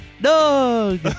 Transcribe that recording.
Doug